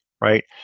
right